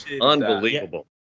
Unbelievable